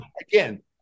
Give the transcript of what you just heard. again